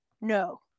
No